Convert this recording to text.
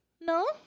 No